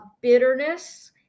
bitterness